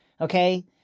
okay